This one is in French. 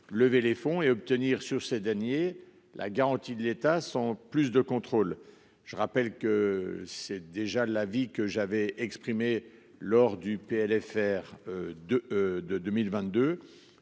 lever les fonds et obtenir sur ses deniers. La garantie de l'État, sans plus de contrôles. Je rappelle que c'est déjà de la vie que j'avais exprimée lors du PLFR de de 2022.